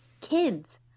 kids